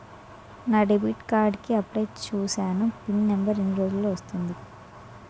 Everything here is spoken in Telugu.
నా డెబిట్ కార్డ్ కి అప్లయ్ చూసాను పిన్ నంబర్ ఎన్ని రోజుల్లో వస్తుంది?